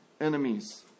enemies